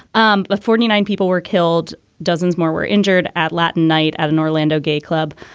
um ah forty nine people were killed, dozens more were injured at latin night at an orlando gay club.